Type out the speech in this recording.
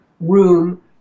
room